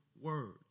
words